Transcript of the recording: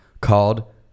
Called